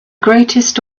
greatest